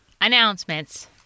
Announcements